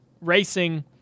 racing